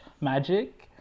magic